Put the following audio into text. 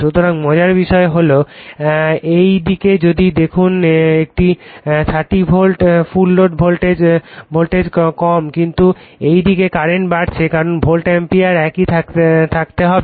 সুতরাং মজার বিষয় হল এই দিকে যদি দেখুন এটি 30 ভোল্ট ফুল লোড ভোল্টেজ কম কিন্তু এই দিকে কারেন্ট বেড়েছে কারণ ভোল্ট অ্যাম্পিয়ার একই থাকতে হবে